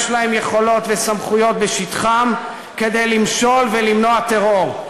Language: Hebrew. יש להם יכולות וסמכויות בשטחם כדי למשול ולמנוע טרור.